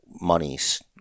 monies